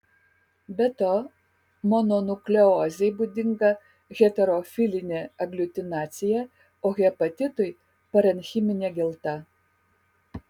be to mononukleozei būdinga heterofilinė agliutinacija o hepatitui parenchiminė gelta